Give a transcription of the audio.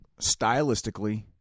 stylistically